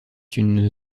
une